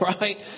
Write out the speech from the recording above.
right